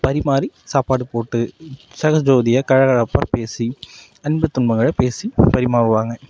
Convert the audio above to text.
பரிமாறி சாப்பாடு போட்டு ஜெகஜோதியாக கலகலப்பாக பேசி அன்பு விதத்துமாக பேசி பரிமாறுவாங்க